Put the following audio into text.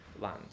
land